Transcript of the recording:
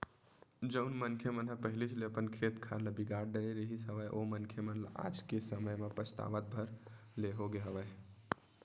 जउन मनखे मन ह पहिलीच ले अपन खेत खार ल बिगाड़ डरे रिहिस हवय ओ मनखे मन ल आज के समे म पछतावत भर ले होगे हवय